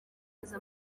aza